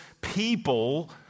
people